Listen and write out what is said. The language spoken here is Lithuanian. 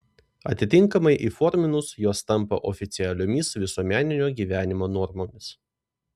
atitinkamai įforminus jos tampa oficialiomis visuomeninio gyvenimo normomis